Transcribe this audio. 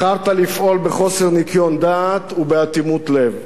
בחרת לפעול בחוסר ניקיון דעת ובאטימות לב.